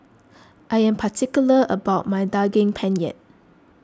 I am particular about my Daging Penyet